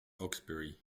hawksbury